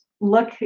look